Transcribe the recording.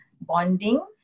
bonding